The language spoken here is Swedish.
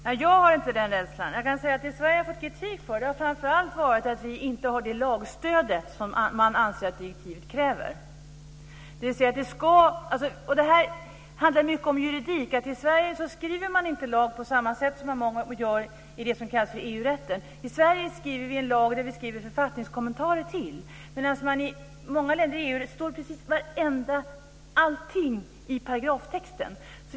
Herr talman! Jag har inte den rädslan. Det Sverige har fått kritik för har framför allt varit att vi inte har det lagstöd som man anser att direktivet kräver. Det handlar mycket om juridik. I Sverige skriver man inte lag på samma sätt som man gör i det som kallas för EU-rätten. I Sverige skriver vi lag som vi skriver författningskommentarer till. I många länder i EU står precis allting i paragraftexten.